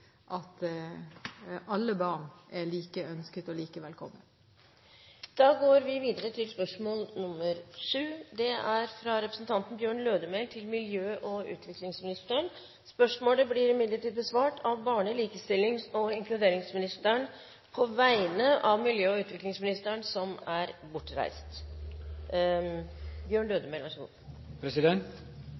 at alle barn er like ønsket og like velkomne. Dette spørsmålet, fra representanten Bjørn Lødemel til miljø- og utviklingsministeren, vil bli besvart av barne-, likestillings- og inkluderingsministeren på vegne av miljø- og utviklingsministeren, som er bortreist.